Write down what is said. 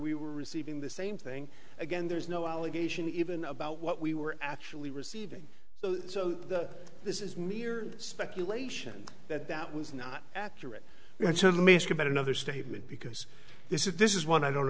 we were receiving the same thing again there's no allegation even about what we were actually receiving so that this is mere speculation that that was not accurate so let me ask about another statement because this is this is one i don't